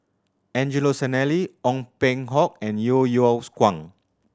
Angelo Sanelli Ong Peng Hock and Yeo Yeow's Kwang